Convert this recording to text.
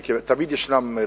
תמיד יש דרגות.